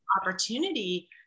opportunity